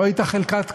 לא הייתה חלקת קבר,